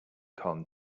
corn